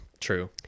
True